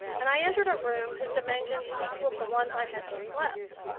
and i entered a room whose dimensions equaled the one i had just left.